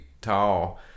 tall